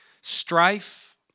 strife